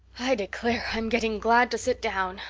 i declare i'm getting glad to sit down.